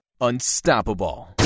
unstoppable